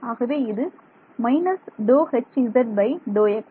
ஆகவே இது − ∂Hz ∂x